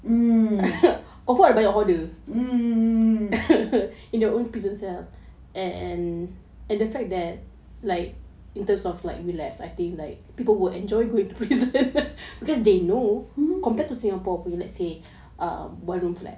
mmhmm mmhmm mmhmm